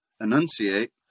enunciate